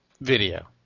video